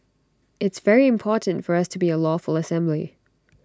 it's very important for us to be A lawful assembly